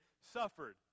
suffered